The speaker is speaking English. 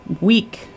week